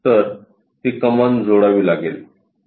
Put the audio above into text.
तर ती कमान जोडावी लागेल